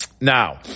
Now